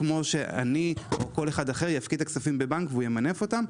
כמו שאני או כל אחד אחר יפקיד את הכספים בבנק והוא ימנף אותם,